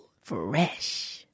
Fresh